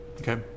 Okay